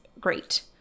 great